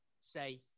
say